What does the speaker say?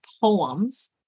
poems